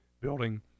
building